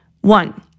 One